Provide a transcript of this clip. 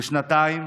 שנתיים,